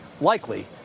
likely